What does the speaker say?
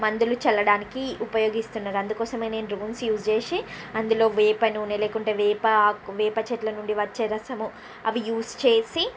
మందులు చల్లడానికి ఉపయోగిస్తున్నారు అందుకోసమే నేను డ్రోన్స్ యూస్ చేసి అందులో వేపనూనె లేకుంటే వేప ఆకు వేపచెట్ల నుండి వచ్చే రసము అవి యూస్ చేసి